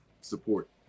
support